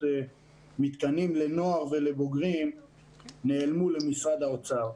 מתקנים לנוער ולבוגרים נעלמו למשרד האוצר.